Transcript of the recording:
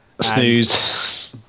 snooze